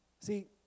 See